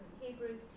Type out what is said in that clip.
Hebrews